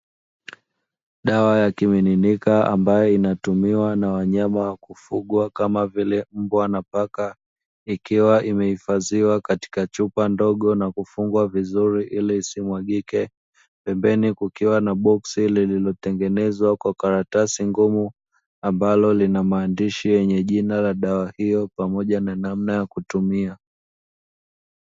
Dawa ya kimiminika ambayo inatumiwa na wanyama wa kufugwa, kama vile mbwa na paka, ikiwa imehifadhiwa katika chupa ndogo na kufungwa vizuri ili isimwagike, pembeni kukiwa na boksi lililotengenezwa kwa karatasi ngumu, ambalo lina maandishi yenye jina la dawa hiyo pamoja na namna ya kutumia.